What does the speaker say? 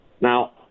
now